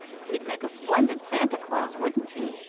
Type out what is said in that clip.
he'd make a splendid santa claus, wouldn't he?